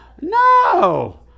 no